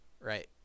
right